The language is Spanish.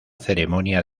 ceremonia